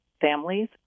families